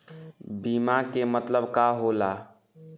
बीमा के मतलब का होला?